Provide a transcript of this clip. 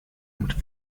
mit